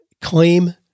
claim